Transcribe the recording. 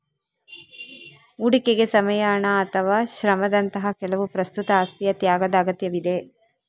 ಹೂಡಿಕೆಗೆ ಸಮಯ, ಹಣ ಅಥವಾ ಶ್ರಮದಂತಹ ಕೆಲವು ಪ್ರಸ್ತುತ ಆಸ್ತಿಯ ತ್ಯಾಗದ ಅಗತ್ಯವಿದೆ